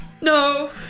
No